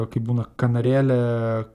kaip būna kanarėlė